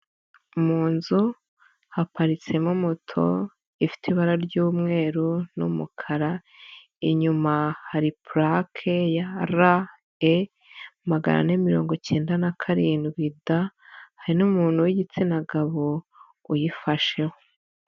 Mu nzu haparitsemo moto, ifite ibara ry'umweru n'umukara, inyuma hari pulake ya RE magana ane mirongo icyenda na karindwi D, hari n'umuntu w'igitsina gabo, uyifasheho.